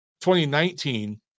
2019